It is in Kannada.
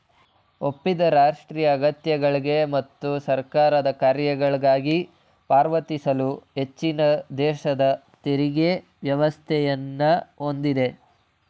ಒಪ್ಪಿದ ರಾಷ್ಟ್ರೀಯ ಅಗತ್ಯಗಳ್ಗೆ ಮತ್ತು ಸರ್ಕಾರದ ಕಾರ್ಯಗಳ್ಗಾಗಿ ಪಾವತಿಸಲು ಹೆಚ್ಚಿನದೇಶದ ತೆರಿಗೆ ವ್ಯವಸ್ಥೆಯನ್ನ ಹೊಂದಿದೆ